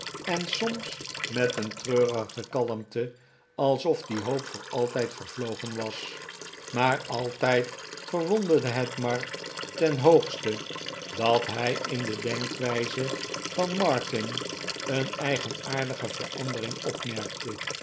en soms met een treurige kalmte alsof die hoop voor allijd vervlogen was maar altij d verwonderde het mark ten hoogste dat hij in de denkwijze van martin een eigenaardige verandering opmerkte